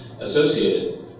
associated